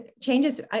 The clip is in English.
changes